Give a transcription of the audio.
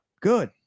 good